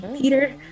Peter